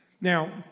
Now